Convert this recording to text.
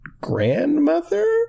grandmother